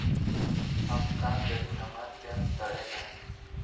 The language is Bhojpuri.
हम का करी हमार प्याज सड़ें नाही?